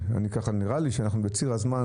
נראה לי שאנחנו בציר הזמן,